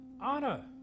Honor